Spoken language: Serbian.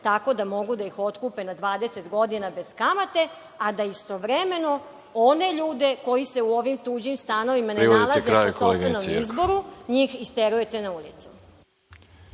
tako da mogu da ih otkupe na 20 godina bez kamate, a da istovremeno one ljude koji se u ovim tuđim stanovima ne nalaze po sopstvenom izboru, njih isterujete na ulicu.